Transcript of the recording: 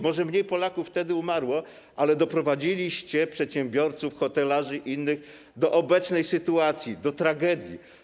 Może mniej Polaków wtedy umarło, ale doprowadziliście przedsiębiorców, hotelarzy i innych do obecnej sytuacji, do tragedii.